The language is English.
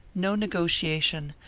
no negotiation,